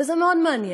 זה מאוד מעניין,